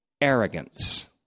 arrogance